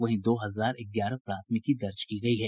वहीं दो हजार ग्यारह प्राथमिकी दर्ज की गयी है